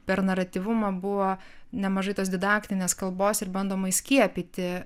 per naratyvumą buvo nemažai tos didaktinės kalbos ir bandoma įskiepyti